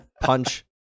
Punch